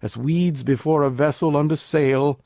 as weeds before a vessel under sail,